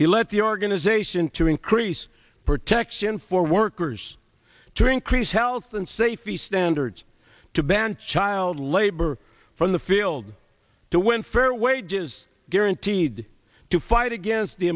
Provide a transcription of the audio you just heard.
he left the organization to increase protection for workers to increase health and safety standards to ban child labor from the field to win fair wages guaranteed to fight against the